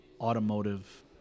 automotive